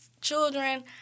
children